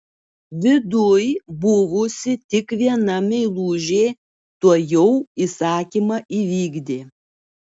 viduj buvusi tik viena meilužė tuojau įsakymą įvykdė